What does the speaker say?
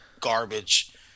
garbage